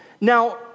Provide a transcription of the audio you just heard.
Now